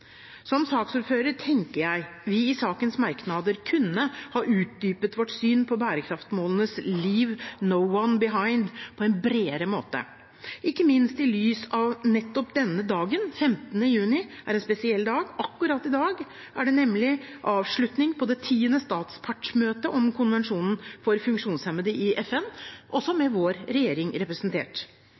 Som saksordfører tenker jeg vi i sakens merknader kunne ha utdypet vårt syn på bærekraftsmålenes «leave no one behind» på en bredere måte, ikke minst i lys av at nettopp denne dagen, 15. juni, er en spesiell dag. Akkurat i dag er det nemlig avslutning på det tiende statspartsmøte om konvensjonen for funksjonshemmede i FN, også med vår regjering representert.